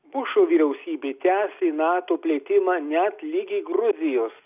bušo vyriausybė tęsė nato plėtimą net ligi gruzijos